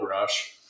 rush